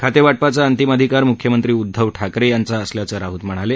खाते वाटपाचा अंतिम अधिकार मुख्यमंत्री उदधव ठाकरे यांचा असल्याचं राऊत म्हणाले